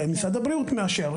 משרד הבריאות מאשר.